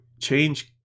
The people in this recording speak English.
change